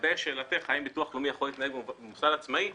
לגבי שאלתך האם הביטוח הלאומי יכול להתנהל כמוסד עצמאי,